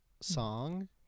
song